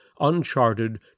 uncharted